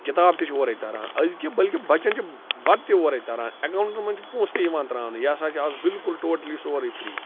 کِتابہٕ تہِ چھِ اورَے تَران أزۍکہِ بٔلکہِ بَچَن چھِ بَتہٕ تہِ اورَے تَران اٮ۪کاوُنٹَن منٛز چھِ پونٛسہٕ تہِ یِوان ترٛاونہٕ یہِ ہسا چھِ آز بَلکُل ٹوٹلی سورُے فِرٛی